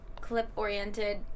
clip-oriented